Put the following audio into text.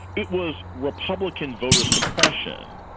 it was republican voter suppression